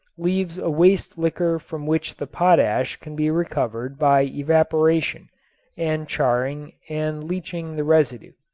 leaves a waste liquor from which the potash can be recovered by evaporation and charring and leaching the residue.